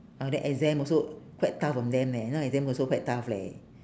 now the exam also quite tough for them leh now exam also quite tough leh